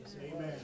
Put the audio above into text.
Amen